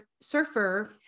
Surfer